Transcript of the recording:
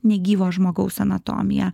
negyvo žmogaus anatomiją